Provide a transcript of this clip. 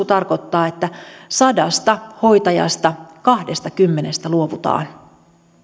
tarkoittaa että sadasta hoitajasta kahdestakymmenestä luovutaan